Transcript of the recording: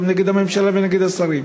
גם נגד הממשלה ונגד השרים.